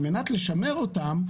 על מנת לשמר אותם,